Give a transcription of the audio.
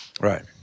Right